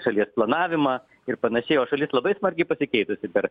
šalies planavimą ir panašiai o šalis labai smarkiai pasikeitusi per